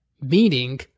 Meaning